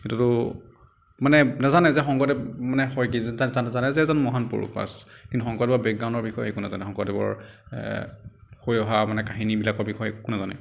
এইটোতো মানে নাজানে যে শংকৰদেৱ মানে হয় কি জানে যে এজন মহান পুৰুষ বচ কিন্তু শংকৰদেৱৰ বেকগ্ৰাউণ্ডৰ বিষয়ে একো নাজানে শংকৰদেৱৰ কৈ অহা মানে কাহিনীবিলাকৰ বিষয়ে একো নাজানে